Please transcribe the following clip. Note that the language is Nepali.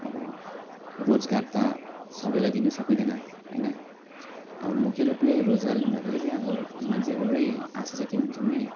अब रोजगार त सबैलाई दिनुसकिँदैन हैन अब मुख्यरूपले रोजगार भन्दाफेरि अब मान्छेको एउटै आशा चाहिँ के हुन्छ भने